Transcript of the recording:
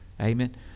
Amen